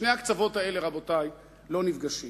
שני הקצוות האלה, רבותי, לא נפגשים.